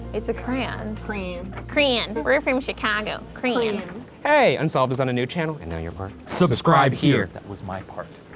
it's a crayon. crayon. crayon. we're from chicago. crayon. hey, unsolved is on a new channel, and now your part. subscribe here. that was my part.